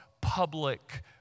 public